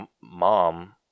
mom